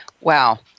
Wow